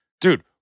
dude